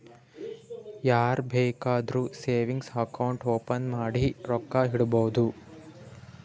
ಯಾರ್ ಬೇಕಾದ್ರೂ savings account open ಮಾಡಿ ರೊಕ್ಕಾ ಇಡ್ಬೋದು